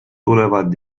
tulevad